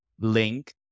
link